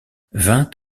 vingt